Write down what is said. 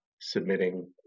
submitting